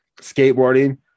skateboarding